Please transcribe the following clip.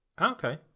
Okay